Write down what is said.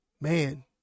man